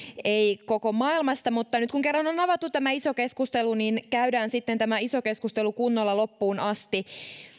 ei koko maailmasta mutta nyt kun kerran on avattu tämä iso keskustelu niin käydään sitten tämä iso keskustelu kunnolla loppuun asti